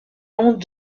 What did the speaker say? long